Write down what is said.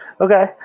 Okay